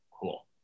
cool